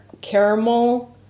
caramel